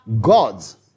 gods